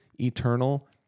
eternal